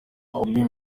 obi